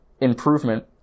improvement